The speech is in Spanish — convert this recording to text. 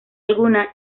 alguna